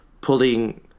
pulling